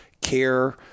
care